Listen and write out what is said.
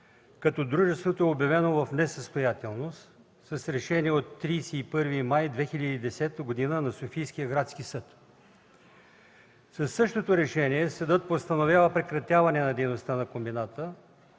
като дружеството е обявено в несъстоятелност с решение от 31 май 2010 г. на Софийския градски съд. Със същото решение съдът постановява прекратяване на дейността на комбината,